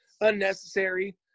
unnecessary